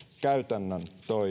käytännön toimiin arvoisa